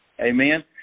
Amen